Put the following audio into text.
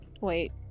Wait